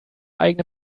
eigene